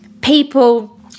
people